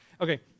Okay